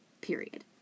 Period